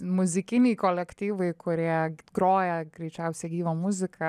muzikiniai kolektyvai kurie groja greičiausiai gyvą muziką